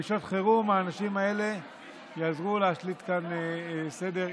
בשעות חירום האנשים האלה יעזרו להשליט כאן סדר,